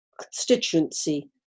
constituency